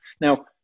Now